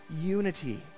unity